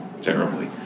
terribly